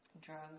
drugs